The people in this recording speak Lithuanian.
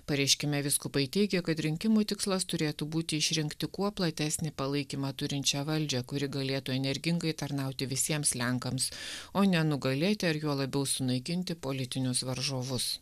pareiškime vyskupai teigia kad rinkimų tikslas turėtų būti išrinkti kuo platesnį palaikymą turinčią valdžią kuri galėtų energingai tarnauti visiems lenkams o ne nugalėti ar juo labiau sunaikinti politinius varžovus